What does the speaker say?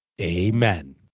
Amen